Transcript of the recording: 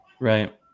right